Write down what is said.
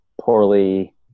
poorly